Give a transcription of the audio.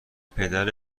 پدر